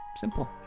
Simple